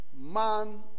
man